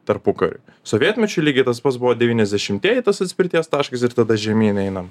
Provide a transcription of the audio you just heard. tarpukariu sovietmečiu lygiai tas pats buvo devyniasdešimtieji tas atspirties taškas ir tada žemyn einam